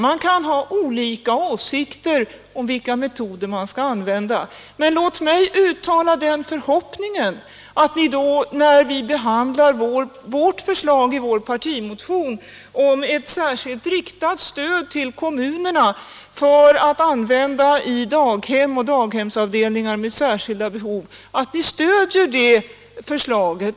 Man kan ha olika åsikter om vilka metoder man skall använda, men låt mig-uttala 55 den förhoppningen att ni när ni behandlar vår partimotion om en särskilt riktad hjälp till kommunerna för daghem och daghemsavdelningar med särskilda behov också stöder vårt förslag.